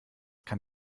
kann